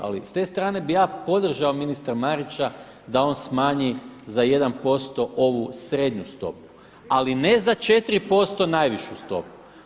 Ali s te strane bih ja podržao ministra Marića da on smanji za 1% ovu srednju stopu, ali ne za 4% najvišu stopu.